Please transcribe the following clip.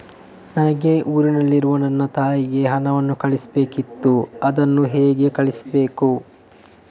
ನನಗೆ ಊರಲ್ಲಿರುವ ನನ್ನ ತಾಯಿಗೆ ಹಣವನ್ನು ಕಳಿಸ್ಬೇಕಿತ್ತು, ಅದನ್ನು ಹೇಗೆ ಕಳಿಸ್ಬೇಕು?